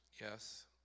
Yes